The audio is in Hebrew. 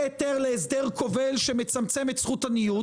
היתר להסדר כובל שמצמצם את זכות הניוד?